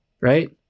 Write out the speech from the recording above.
right